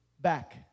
back